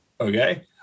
Okay